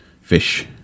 Fish